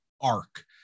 Arc